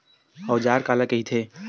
औजार काला कइथे?